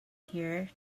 here